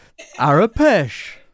arapesh